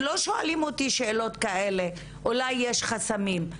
לא שואלים אותי שאלות כאלה אולי יש חסמים.